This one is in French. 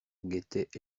guettait